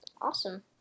Awesome